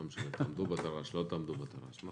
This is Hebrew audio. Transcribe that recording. לא משנה אם תעמדו בתר"ש או לא תעמדו בתר"ש.